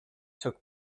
took